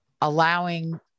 allowing